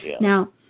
Now